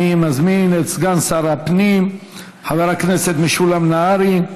אני מזמין את סגן שר הפנים חבר הכנסת משולם נהרי.